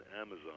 amazon